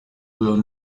will